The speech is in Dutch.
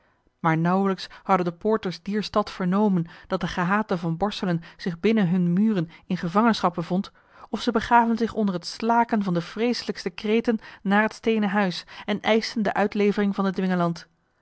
maar nauwelijks hadden de poorters dier stad vernomen dat de gehate van borselen zich binnen hunne muren in gevangenschap bevond of zij begaven zich onder het slaken van de vreeselijkste kreten naar het steenen huis en eischten de uitlevering van den dwingeland